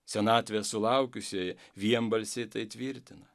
senatvės sulaukusieji vienbalsiai tai tvirtina